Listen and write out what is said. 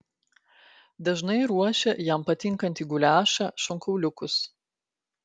dažnai ruošia jam patinkantį guliašą šonkauliukus